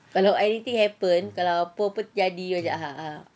kalau anything happen kalau apa-apa terjadi ha ah